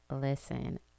Listen